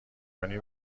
کنی